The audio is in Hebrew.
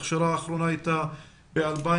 ההכשרה האחרונה הייתה ב-2013,